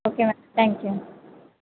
okay madam thank you